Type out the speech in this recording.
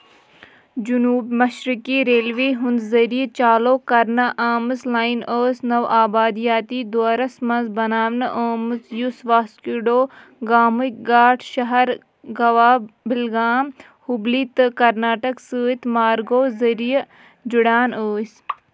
جنوٗب مَشرِقی ریلوے ہُنٛد ذٔریعہٕ چالوٗ کَرنہِ آمٕژ لاین ٲس نَوآبادِیٲتی دورس منٛز بناونہٕ آمٕژ یُس واسکو ڈی گامٕکۍ گاٹھ شہر گوا بِلگام ہُبلی تہٕ کرناٹک سۭتۍ مارگو ذٔریعہٕ جُڑان ٲسۍ